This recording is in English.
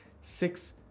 Six